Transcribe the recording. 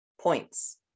points